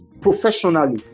professionally